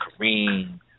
Kareem